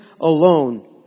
alone